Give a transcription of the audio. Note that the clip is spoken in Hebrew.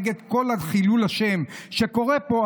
נגד כל חילול השם שקורה פה,